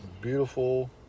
beautiful